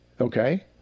Okay